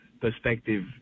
perspective